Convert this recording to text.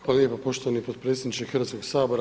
Hvala lijepa poštovani potpredsjedniče Hrvatskoga sabora.